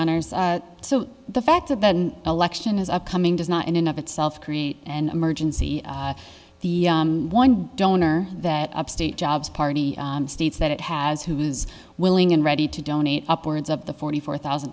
owners so the fact that the election is upcoming does not in and of itself create an emergency the one donor that upstate jobs party states that it has who is willing and ready to donate upwards of the forty four thousand